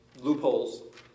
loopholes